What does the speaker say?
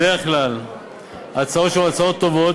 בדרך כלל ההצעות שלו הצעות טובות,